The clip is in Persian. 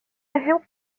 بهم